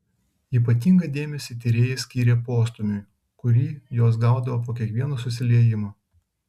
ypatingą dėmesį tyrėjai skyrė postūmiui kurį jos gaudavo po kiekvieno susiliejimo